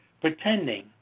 pretending